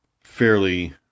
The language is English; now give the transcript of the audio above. fairly